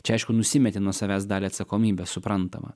čia aišku nusimeti nuo savęs dalį atsakomybės suprantama